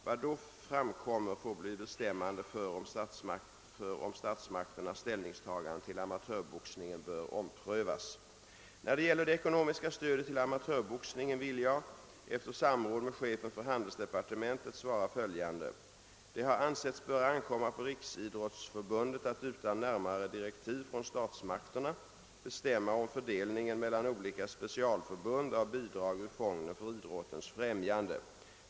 Vad då framkommer får bli bestämmande för om statsmakternas ställningstagande till amatörboxningen bör omprövas. När det gäller det ekonomiska stödet till amatörboxningen vill jag efter samråd med chefen för handelsdepartementet svara följande. Det har ansetts böra ankomma på Riksidrottsförbundet att utan närmare direktiv från statsmakterna bestämma om fördelningen mellan olika specialförbund av bidrag ur fonden för idrottens främjande.